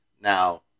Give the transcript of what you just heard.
now